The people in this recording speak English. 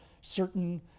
certain